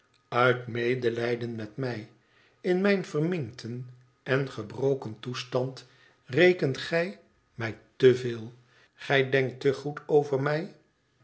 uit medelijden met mij in mijn verminkten en gebroken toestand rekent gij mij te veel gij denkt te goed over mij